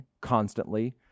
constantly